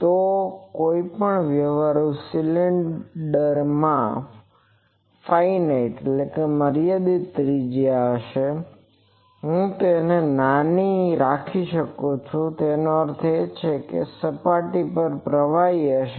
તો કોઈપણ વ્યવહારુ સિલિન્ડરમાં ફાઈનાઈટ finite મર્યાદિત ત્રિજ્યા હશે હું તેને નાની રાખી શકું છું પરંતુ તેનો અર્થ એ છે કે સપાટી પર પ્રવાહ હશે